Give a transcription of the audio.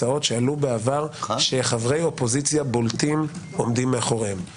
השתדלתי לבחור הצעה שעלו בעבר שחברי אופוזיציה בולטים עומדים מאחוריהן.